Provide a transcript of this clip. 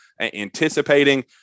anticipating